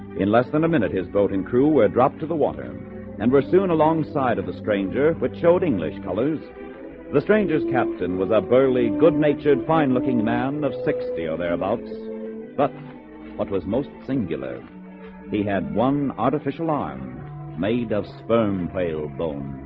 in less than a minute his boat and crew were dropped to the water and and were soon alongside of the stranger which showed english colors the strangers captain was a burly good-natured fine-looking man of sixty or their mouths but what was most singular he had one artificial arm made of sperm whale scene